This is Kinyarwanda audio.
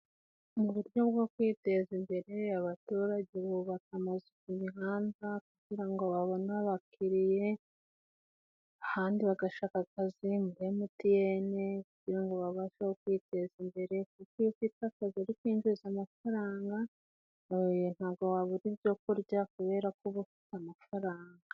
Mu buryo bwo kuyiteza imbere, abaturage bubaka amazu ku mihanda kugira ngo babone abakiriye ahandi bagashaka akazi muri emutiyene, kugira ngo babashe kwiteza imbere kuko iyo ufite akazi urikwinjiza amafaranga yawe ntabwo wabura ibyo kurya kubera ko uba ufite amafaranga.